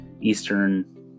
Eastern